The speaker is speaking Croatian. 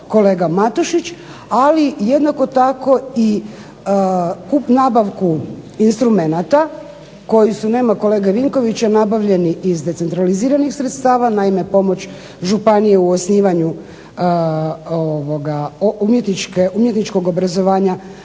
kolega Matušić. Ali jednako tako i nabavku instrumenata koji su, nema kolege Vinkovića nabavljeni iz decentraliziranih sredstava. Naime, pomoć županije u osnivanju umjetničkog obrazovanja